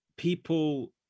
People